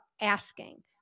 asking